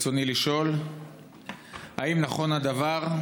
רצוני לשאול: 1. האם נכון הדבר?